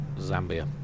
Zambia